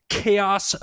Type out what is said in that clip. Chaos